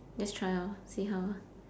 just try lor see how ah